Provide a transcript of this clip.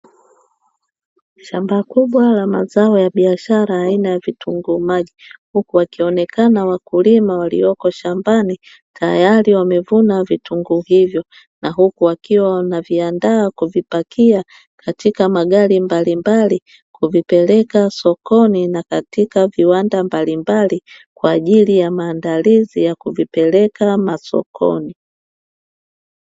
Shamba kubwa la mazao ya biashara aina ya vitunguu maji. Huku wakionekana wakulima walioko shambani tayari wamevuna vitunguu hivyo, na huku wakiwa wanaviandaa kuvipakia katika magari mbalimbali kuvipeleka sokoni na katika viwanda mbalimbali kwa ajili ya maandalizi ya kuvipeleka masokoni.